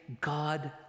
God